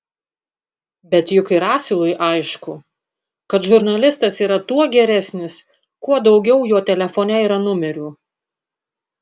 bet juk ir asilui aišku kad žurnalistas yra tuo geresnis kuo daugiau jo telefone yra numerių